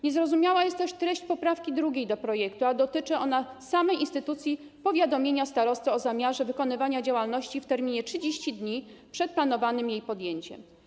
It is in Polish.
Niezrozumiała jest też treść poprawki 2. do projektu, a dotyczy ona samej instytucji powiadomienia starosty o zamiarze wykonywania działalności w terminie 30 dni przed planowanym jej podjęciem.